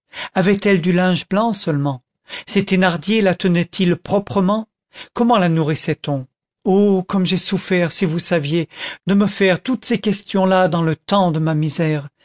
avait-elle du linge blanc seulement ces thénardier la tenaient ils proprement comment la nourrissait on oh comme j'ai souffert si vous saviez de me faire toutes ces questions-là dans le temps de ma misère